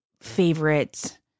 favorite